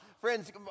friends